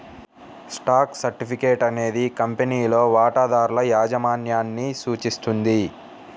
stock certificate అనేది కంపెనీలో వాటాదారుల యాజమాన్యాన్ని సూచిస్తుంది